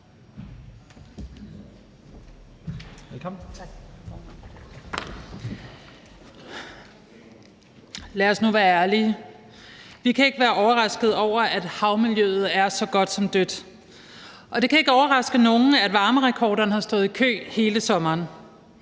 Lad os nu være ærlige. Vi kan ikke være overraskede over, at havmiljøet er så godt som dødt, og det kan ikke overraske nogen, at varmerekorderne har stået i kø hele sommeren.